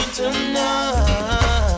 tonight